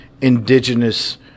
indigenous